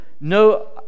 no